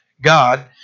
God